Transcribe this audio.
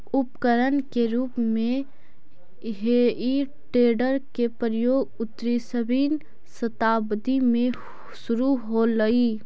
उपकरण के रूप में हेइ टेडर के प्रयोग उन्नीसवीं शताब्दी में शुरू होलइ